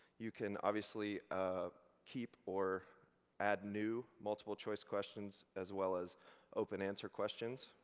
you can obviously ah keep or add new multiple choice questions as well as open answer questions,